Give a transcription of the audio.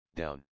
down